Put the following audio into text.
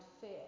fear